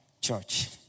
church